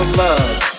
love